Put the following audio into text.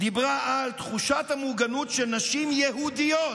דיברה על תחושת המוגנות של נשים יהודיות.